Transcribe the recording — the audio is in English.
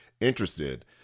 interested